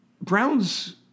Brown's